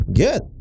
good